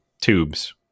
tubes